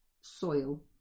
soil